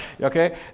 okay